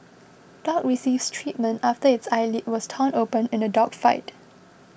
dog receives treatment after its eyelid was torn open in a dog fight